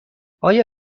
آیا